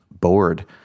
bored